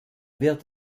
wird